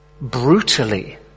brutally